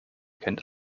kennt